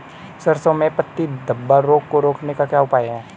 सरसों में पत्ती धब्बा रोग को रोकने का क्या उपाय है?